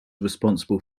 responsible